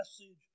message